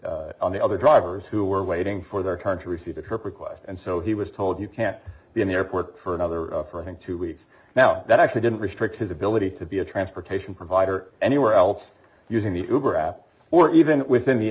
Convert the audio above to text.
the on the other drivers who were waiting for their turn to receive a trip request and so he was told you can't be in the airport for another for even two weeks now that actually didn't restrict his ability to be a transportation provider anywhere else using the google app or even within the